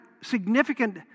significant